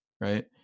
right